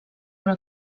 una